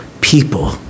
people